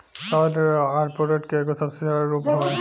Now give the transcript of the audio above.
सावधि ऋण कॉर्पोरेट ऋण के एगो सबसे सरल रूप हवे